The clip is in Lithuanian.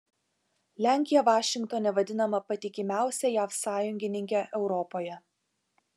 lenkija vašingtone vadinama patikimiausia jav sąjungininke europoje